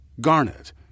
Garnet